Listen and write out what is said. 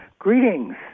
Greetings